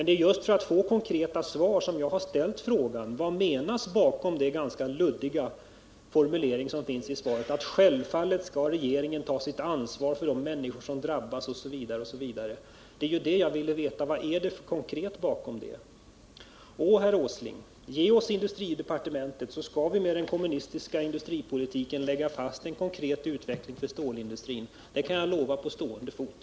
Det är just för att få konkreta svar som jag har ställt frågan: Vad menas med den ganska luddiga formulering som finns i svaret, där det talas om att regeringen självfallet skall ta sitt ansvar för de människor som drabbas, osv. osv.? Vad finns det för konkret innehåll i detta? Ge oss industridepartementet, herr Åsling, så skall vi med den kommunistiska industripolitiken lägga fast en konkret utveckling för stålindustrin — det kan jag lova på stående fot!